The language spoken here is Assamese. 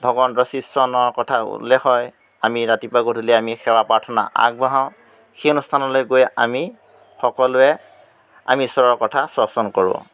ভগৱন্তৰ শ্ৰীচৰণৰ কথা উল্লেখ হয় আমি ৰাতিপুৱা গধূলি আমি সেৱা প্ৰাৰ্থনা আগবঢ়াওঁ সেই অনুষ্ঠানলৈ গৈ আমি সকলোৱে আমি ইশ্বৰৰ কথা শ্ৰৱণ কৰোঁ